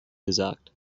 gesagt